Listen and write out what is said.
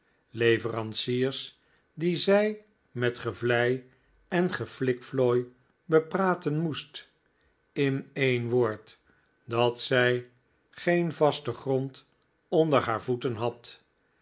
leveranciers die zij met gevlei en geflikflooi bepraten moest in een woord dat zij geen vasten grond onder haar voeten had